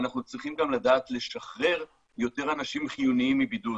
אנחנו צריכים גם לדעת לשחרר יותר אנשים חיוניים מבידוד.